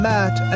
Matt